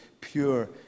pure